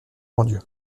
grandlieu